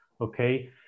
okay